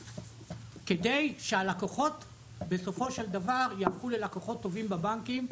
כדי שהלקוחות בסופו של דבר יהפכו ללקוחות טובים בבנקים,